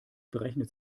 berechnet